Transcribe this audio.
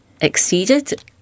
exceeded